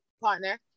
partner